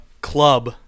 club